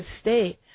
state